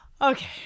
Okay